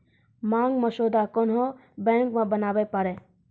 मांग मसौदा कोन्हो बैंक मे बनाबै पारै